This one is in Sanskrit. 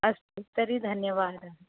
अस्तु तर्हि धन्यवादः